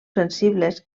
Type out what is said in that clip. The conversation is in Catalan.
sensibles